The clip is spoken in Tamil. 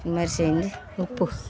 இந்த மாதிரி செஞ்சி உப்பு